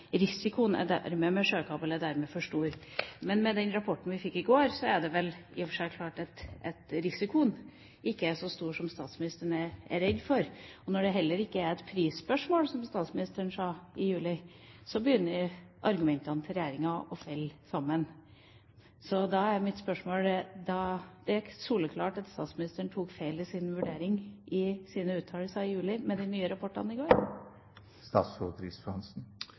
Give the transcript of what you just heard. med sjøkabel ville vært for stor.» Med den rapporten vi fikk i går, er det vel i og for seg klart at risikoen ikke er så stor som statsministeren er redd for. Når det heller ikke er et prisspørsmål, som statsministeren sa i juli, begynner argumentene til regjeringa å falle sammen. Så da er mitt spørsmål: Er det ikke soleklart at statsministeren tok feil i sin vurdering i sine uttalelser i juli, med de nye rapportene i går?